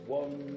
one